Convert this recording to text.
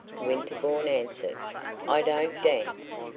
winterbourne answered i don't dance.